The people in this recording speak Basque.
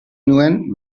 nuen